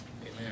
Amen